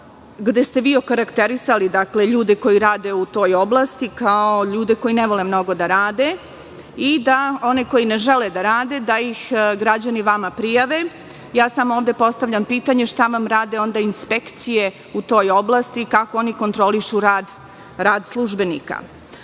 gde ste okarakterisali ljude koji rade u toj oblasti kao ljude koji ne vole mnogo da rade i da one koji ne žele da rade, da ih građani vama prijave. Postavljam pitanje – šta nam rade inspekcije u toj oblasti, kako oni kontrolišu rad službenika? Na